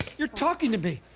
you're talking to me,